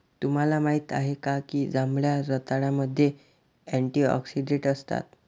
तुम्हाला माहित आहे का की जांभळ्या रताळ्यामध्ये अँटिऑक्सिडेंट असतात?